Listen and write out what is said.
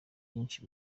byinshi